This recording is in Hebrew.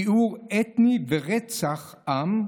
טיהור אתני ורצח עם.